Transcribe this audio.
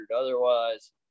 Otherwise